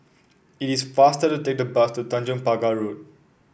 it is faster to take the bus to Tanjong Pagar Road